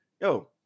yo